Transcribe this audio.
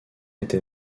était